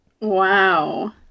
Wow